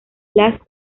las